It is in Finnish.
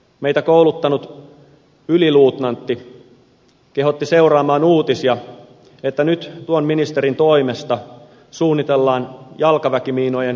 meitä kouluttanut yliluutnantti kehotti seuraamaan uutisia että nyt tuon minis terin toimesta suunnitellaan jalkaväkimiinojen täyskieltoa